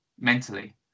mentally